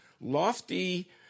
lofty